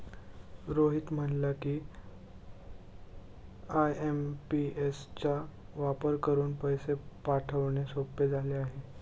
रोहित म्हणाला की, आय.एम.पी.एस चा वापर करून पैसे पाठवणे सोपे झाले आहे